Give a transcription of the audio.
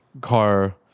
car